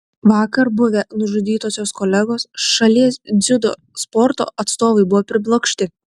vakar buvę nužudytosios kolegos šalies dziudo sporto atstovai buvo priblokšti